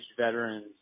veterans